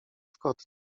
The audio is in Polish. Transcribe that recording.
scott